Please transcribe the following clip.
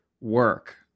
work